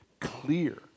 clear